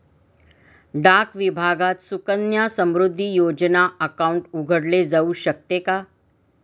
डाक विभागात सुकन्या समृद्धी योजना अकाउंट उघडले जाऊ शकते का?